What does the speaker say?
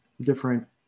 different